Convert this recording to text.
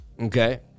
Okay